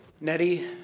Nettie